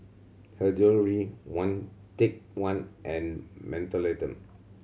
Her Jewellery One Take One and Mentholatum